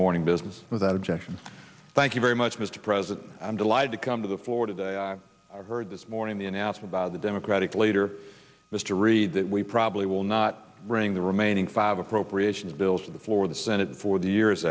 morning business without objection thank you very much mr president i'm delighted to come to the floor today i heard this morning then asked about the democratic leader mr reid that we probably will not bring the remaining five appropriations bills to the floor the senate for the years